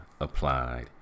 applied